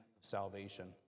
salvation